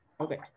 Okay